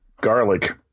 Garlic